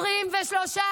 דברי לזו שמפנה לך את הגב.